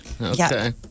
Okay